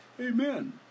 amen